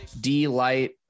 D-Light